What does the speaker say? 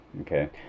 Okay